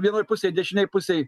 vienoj pusėj dešinėj pusėj